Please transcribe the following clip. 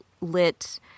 lit